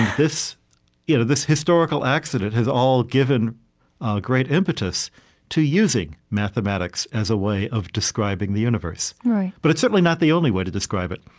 this you know this historical accident has all given great impetus to using mathematics as a way of describing the universe but it's certainly not the only way to describe it.